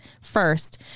first